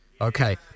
Okay